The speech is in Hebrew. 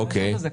לאשר את הזכאות.